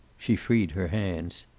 she freed her hands.